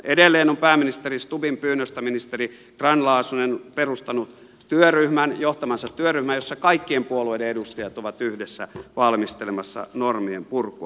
edelleen on pääministeri stubbin pyynnöstä ministeri grahn laasonen perustanut työryhmän johtamansa työryhmän jossa kaikkien puolueiden edustajat ovat yhdessä valmistelemassa normien purkua